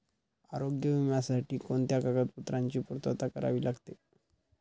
आरोग्य विम्यासाठी कोणत्या कागदपत्रांची पूर्तता करावी लागते?